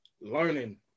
learning